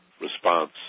response